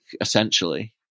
essentially